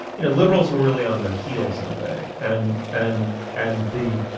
you know, liberals were really on their heels in a way. and and and the,